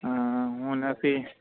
ਹਾਂ ਹੁਣ ਅਸੀਂ